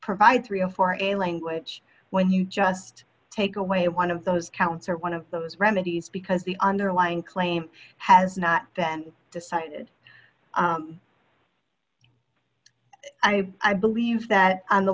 provide thirty dollars for a language when you just take away one of those counts or one of those remedies because the underlying claim has not been decided i i believe that on the